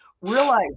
realize